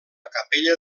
capella